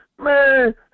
man